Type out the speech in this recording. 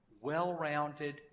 well-rounded